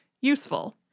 useful